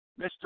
Mr